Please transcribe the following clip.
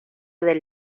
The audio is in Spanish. del